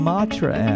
Matra